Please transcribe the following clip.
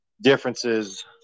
differences –